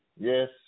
Yes